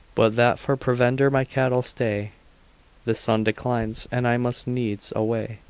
but that for provender my cattle stay the sun declines, and i must needs away.